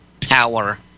power